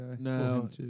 No